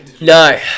No